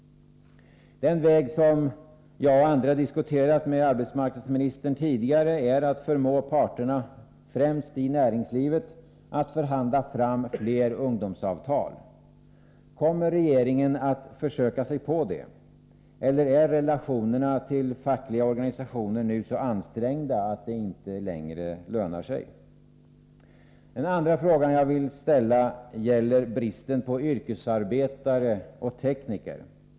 Den väg som jag och andra har diskuterat med arbetsmarknadsministern tidigare är att förmå parterna främst i näringslivet att förhandla fram fler ungdomsavtal. Kommer regeringen att försöka sig på det, eller är relationerna till fackliga organisationer nu så ansträngda att det inte längre lönar sig? Den andra frågan jag vill ställa gäller bristen på yrkesarbetare och tekniker.